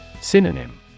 Synonym